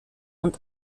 und